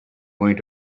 going